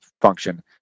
function